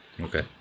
Okay